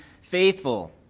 faithful